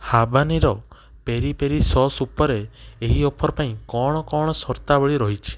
habanero peri peri sauce ଉପରେ ଏହି offer ପାଇଁ କ'ଣ କ'ଣ ସର୍ତ୍ତାବଳୀ ରହିଛି